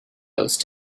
those